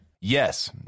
Yes